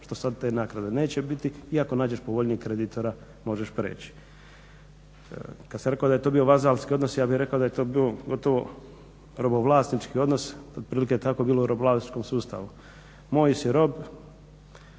što sad te naknade neće biti i ako nađeš povoljnijeg kreditora možeš preći. Kad sam rekao da je to bio vazalski odnos, ja bih rekao da je to bio gotovo robovlasnički odnos. Otprilike je tako bilo u robovlasničkom sustavu. Moj si rob,